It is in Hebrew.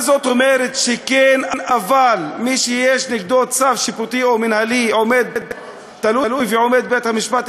מה זאת אומרת: מי שיש נגדו צו שיפוטי או מינהלי תלוי ועומד בבית-המשפט,